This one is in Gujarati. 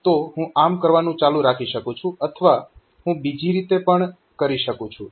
તો હું આમ કરવાનું ચાલુ રાખી શકું છું અથવા હું બીજી રીતે પણ કરી શકું છું